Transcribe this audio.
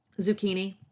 Zucchini